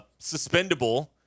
suspendable